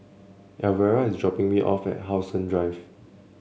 Alvera is dropping me off at How Sun Drive